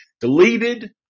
deleted